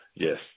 Yes